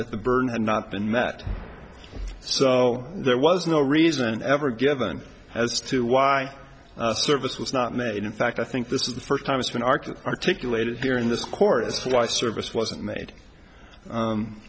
that the burden had not been met so there was no reason ever given as to why a service was not made in fact i think this is the first time it's been argued articulated here in this court is why service wasn't made